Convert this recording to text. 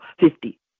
fifty